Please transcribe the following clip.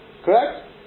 Correct